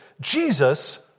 Jesus